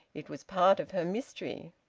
it was part of her mystery.